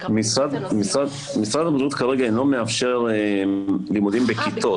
מתכוונים --- משרד הבריאות כרגע אינו מאפשר לימודים בכיתות.